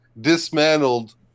dismantled